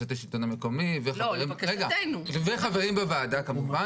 לבקשת השלטון המקומי וחברים בוועדה כמובן.